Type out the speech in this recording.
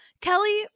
Kelly